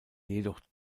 jedoch